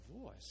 voice